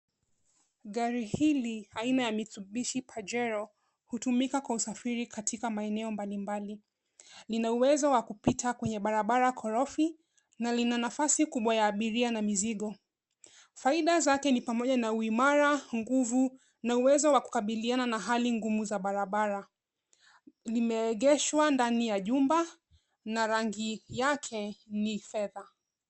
Gari hili aina ya Mitsubishi Pajero hutumika kwa usafiri katika maeneo mbali mbali. Lina uwezo wa kupita kwenye barabara korofi na lina nafasi kubwa ya abiria na mizigo. Faida zake ni pamoja na uimara, nguvu na uwezo wa kukabiliana na hali ngumu za barabara. Limeegeshwa ndani ya jumba na rangi yake ni fedha.